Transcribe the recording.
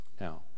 Now